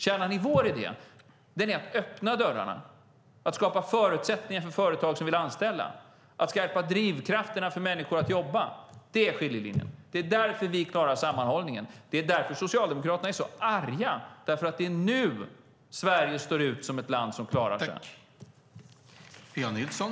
Kärnan i vår idé är att öppna dörrarna, att skapa förutsättningar för företag som vill anställa och att skapa drivkrafter för människor att jobba. Där går skiljelinjen. Det är därför vi klarar sammanhållningen. Det är därför Socialdemokraterna är så arga. Det är nu som Sverige sticker ut som det land som klarat sig.